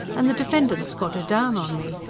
and the defendant's got a down on me,